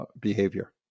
behavior